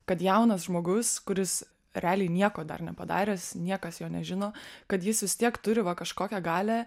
kad jaunas žmogus kuris realiai nieko dar nepadaręs niekas jo nežino kad jis vis tiek turi va kažkokią galią